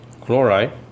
chloride